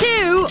Two